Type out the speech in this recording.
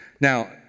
Now